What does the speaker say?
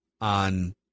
on